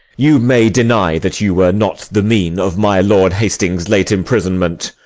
you may deny that you were not the mean of my lord hastings' late imprisonment.